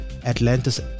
Atlantis